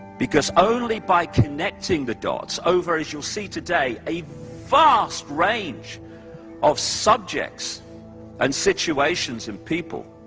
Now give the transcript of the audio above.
because, only by connecting the dots, over, as you will see today, a vast range of subjects and situations and people,